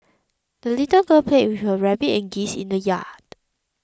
the little girl played with her rabbit and geese in the yard